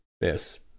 yes